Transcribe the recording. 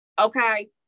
okay